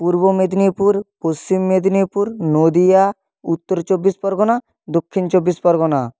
Purba Medinipur Paschim Medinipur Nadia Uttar Chabbish Pargana Dakshin Chabbish Pargana